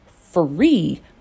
free